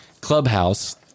Clubhouse